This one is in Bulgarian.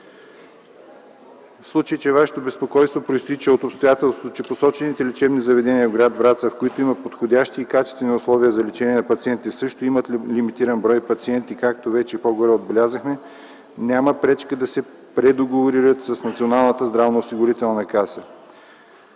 В случай, че Вашето безпокойство произтича от обстоятелството, че посочените лечебни заведения в гр. Враца, в които има подходящи и качествени условия за лечение на пациенти, също имат лимитиран брой пациенти, както отбелязахме по-горе, няма пречка да се предоговорят с Националната здравноосигурителна каса.